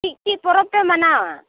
ᱪᱮᱫ ᱪᱮᱫ ᱯᱚᱨᱚᱵᱽ ᱯᱮ ᱢᱟᱱᱟᱣᱟ